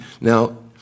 Now